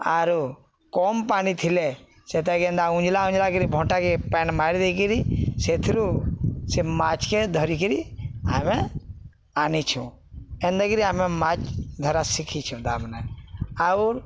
ଆରୁ କମ୍ ପାଣି ଥିଲେ ସେତାକି ଏନ୍ତା ଉଞ୍ଜିଲା ଉଞ୍ଜିଲା କିରି ଭଣ୍ଟାକେ ପାଏନ୍ ମାରି ଦେଇକିରି ସେଥିରୁ ସେ ମାଛକେ ଧରିକିରି ଆମେ ଆଣିଛୁ ଏନ୍ତାକିରି ଆମେ ମାଛ ଧରା ଶିଖିଛୁ ଦାମ ନେ ଆଉର୍